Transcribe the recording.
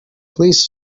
please